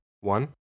one